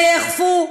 וייאכפו.